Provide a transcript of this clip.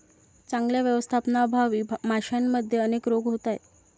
चांगल्या व्यवस्थापनाअभावी माशांमध्ये अनेक रोग होत आहेत